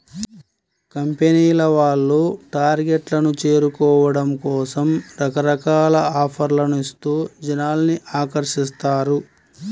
కంపెనీల వాళ్ళు టార్గెట్లను చేరుకోవడం కోసం రకరకాల ఆఫర్లను ఇస్తూ జనాల్ని ఆకర్షిస్తారు